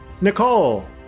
Nicole